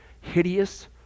hideous